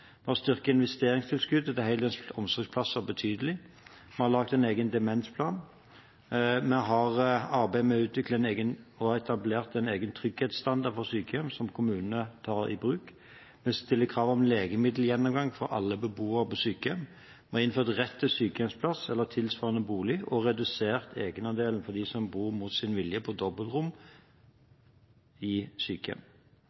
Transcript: Vi har styrket investeringstilskuddet til heldøgns omsorgsplasser betydelig. Vi har laget en egen demensplan, og vi har arbeidet med å utvikle og etablere en egen trygghetsstandard for sykehjem, som kommunene tar i bruk. Vi stiller krav om legemiddelgjennomgang for alle beboere på sykehjem. Vi har innført rett til sykehjemsplass eller tilsvarende bolig og redusert egenandelen for dem som bor mot sin vilje på